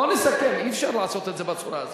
בואו נסכם, אי-אפשר לעשות את זה בצורה הזאת.